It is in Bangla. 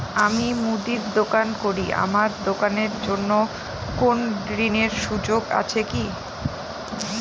আমি মুদির দোকান করি আমার দোকানের জন্য কোন ঋণের সুযোগ আছে কি?